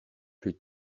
plus